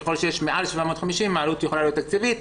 ככל שיש מעל 750 נשים העלות יכולה להיות תקציבית.